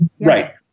Right